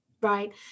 right